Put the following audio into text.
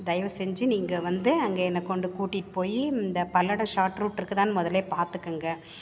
தயவு செஞ்சு நீங்கள் வந்து அங்கே என்னை கொண்டு கூட்டிகிட்டு போய் இந்த பல்லடம் ஷார்ட் ரூட் இருக்குதான்னு முதல்லையே பார்த்துக்கோங்க